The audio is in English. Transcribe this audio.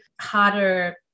harder